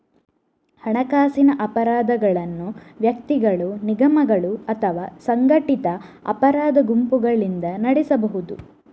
ಹಣಕಾಸಿನ ಅಪರಾಧಗಳನ್ನು ವ್ಯಕ್ತಿಗಳು, ನಿಗಮಗಳು ಅಥವಾ ಸಂಘಟಿತ ಅಪರಾಧ ಗುಂಪುಗಳಿಂದ ನಡೆಸಬಹುದು